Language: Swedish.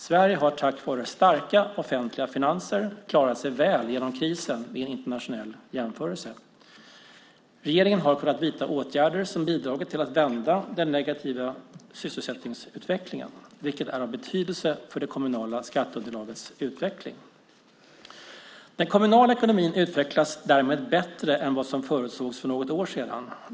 Sverige har tack vare starka offentliga finanser klarat sig väl genom krisen vid en internationell jämförelse. Regeringen har kunnat vidta åtgärder som bidragit till att vända den negativa sysselsättningsutvecklingen, vilket är av betydelse för det kommunala skatteunderlagets utveckling. Den kommunala ekonomin utvecklas därmed bättre än vad som förutsågs för något år sedan.